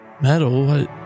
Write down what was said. metal